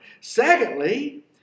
Secondly